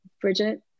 Bridget